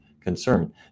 concern